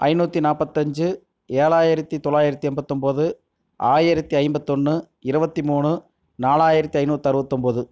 ஐந்நூற்றி நாற்பத்தஞ்சி ஏழாயிரத்தி தொள்ளாயிரத்தி எம்பத்தொம்பது ஆயிரத்தி ஐம்பத்தொன்று இருபத்தி மூணு நாலாயிரத்தி ஐந்நூற்றி அறுபத்தொம்போது